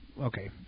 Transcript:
Okay